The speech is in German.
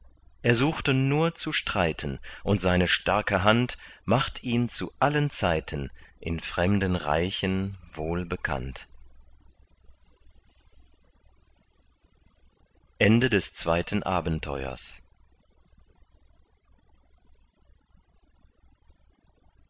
er suchte nur zu streiten und seine starke hand macht ihn zu allen zeiten in fremden reichen wohlbekannt drittes abenteuer